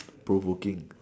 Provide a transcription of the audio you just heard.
two bookings